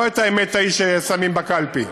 לא את האמת ההיא ששמים בקלפי.